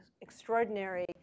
extraordinary